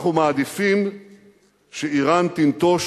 אנחנו מעדיפים שאירן תנטוש